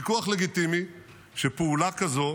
ויכוח לגיטימי שפעולה כזו